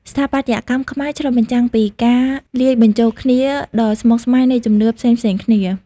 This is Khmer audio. ស្ថាបត្យកម្មខ្មែរឆ្លុះបញ្ចាំងពី ការលាយបញ្ចូលគ្នា ដ៏ស្មុគស្មាញនៃជំនឿផ្សេងៗគ្នា។